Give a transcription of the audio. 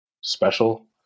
special